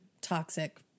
toxic